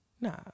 Nah